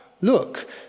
Look